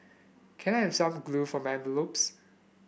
can I have some glue for my envelopes